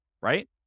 right